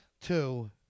two